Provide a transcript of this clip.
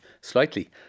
slightly